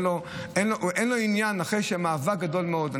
אין לו עניין אחרי מאבק גדול מאוד.